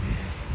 mmhmm